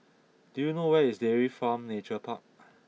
do you know where is Dairy Farm Nature Park